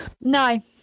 No